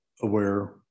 aware